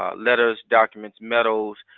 ah letters, documents, medals,